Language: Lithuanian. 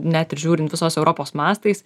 net ir žiūrint visos europos mastais